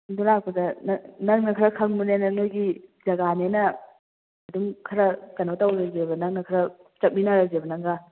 ꯑꯗꯨ ꯂꯥꯛꯄꯗ ꯅꯪꯅ ꯈꯔ ꯈꯪꯕꯅꯤꯅ ꯅꯣꯏꯒꯤ ꯖꯒꯥꯅꯤꯅ ꯑꯗꯨꯝ ꯈꯔ ꯀꯩꯅꯣ ꯇꯧꯔꯁꯦꯕ ꯅꯪꯅ ꯈꯔ ꯆꯠꯃꯤꯟꯅꯔꯁꯦꯕ ꯅꯪꯒ